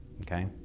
Okay